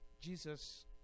Jesus